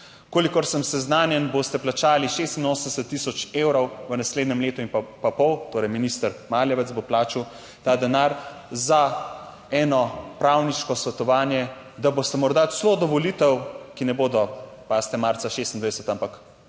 Kolikor sem seznanjen, boste plačali 86 tisoč evrov v naslednjem letu in pa pol, torej minister Maljevec bo plačal ta denar za eno pravniško svetovanje, da boste morda celo do volitev, ki ne bodo, pazite, marca 2026, ampak